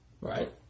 right